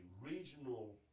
regional